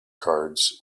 cards